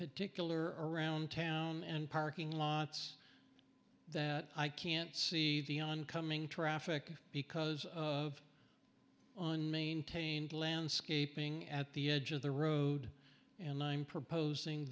particular around town and parking lots that i can't see the on coming traffic because of maintained landscaping at the edge of the road and i'm proposing